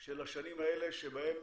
של השנים האלה שבהן